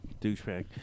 Douchebag